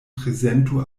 prezentu